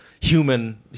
human